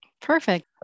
Perfect